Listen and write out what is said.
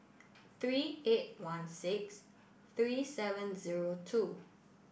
three eight one six three seven zero two